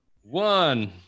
one